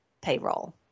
payroll